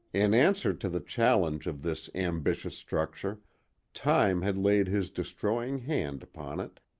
in answer to the challenge of this ambitious structure time had laid his destroying hand upon it,